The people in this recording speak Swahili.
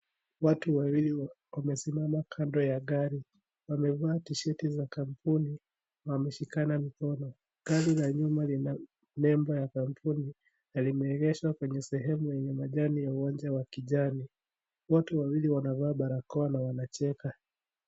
Watu wawili wamesimama, kando ya gari. Wamevaa t-shirt za kampuni. Wameshikana mikono. Gari la nyuma, lina nembo ya kampuni na limeegeshwa kwenye sehemu yenye majani ya uwanja wa kijani. Wote wawili, wanavaa balakoa na wanacheka.